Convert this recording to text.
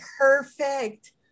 perfect